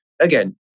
again